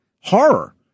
horror